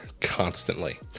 constantly